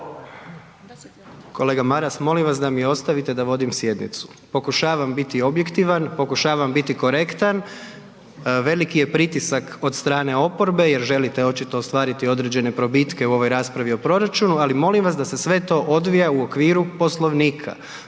Kolega Maras, molim vas da mi ostavite da vodim sjednicu, pokušavam biti objektivan, pokušavam biti korektan, veliki je pritisak od strane oporbe jer želite očito ostvariti određene probitke u ovoj raspravi o proračunu ali molim vas da se sve to odvija u okviru Poslovnika.